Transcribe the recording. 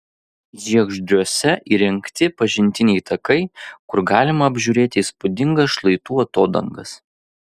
žiegždriuose įrengti pažintiniai takai kur galima apžiūrėti įspūdingas šlaitų atodangas